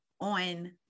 on